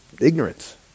ignorance